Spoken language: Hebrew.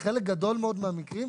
בחלק גדול מאוד מהמקרים,